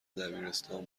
دبیرستان